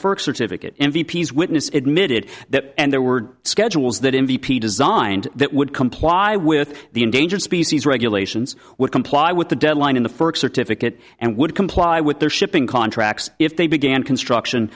first certificate m v p s witness admitted that and there were schedules that in b p designed that would comply with the endangered species regulations would comply with the deadline in the first certificate and would comply with their shipping contract if they began construction